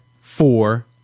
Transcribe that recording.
four